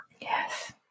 Yes